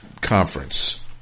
conference